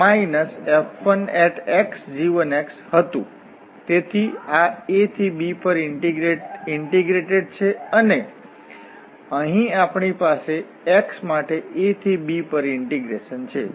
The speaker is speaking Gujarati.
તેથી આ a થી b પર ઇન્ટિગ્રેટેડ છે અને અહીં આપણી પાસે x માટે a થી b પર ઇન્ટીગ્રેશન છે